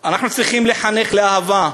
אנחנו צריכים לחנך לאהבה.